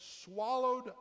swallowed